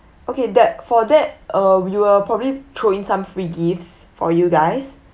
okay that for that uh we will probably throw in some free gifts for you guys